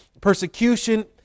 persecution